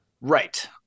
Right